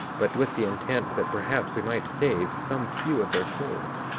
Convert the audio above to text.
but with the intent that perhaps we might save some few of their souls.